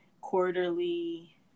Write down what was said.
quarterly